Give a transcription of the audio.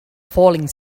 falling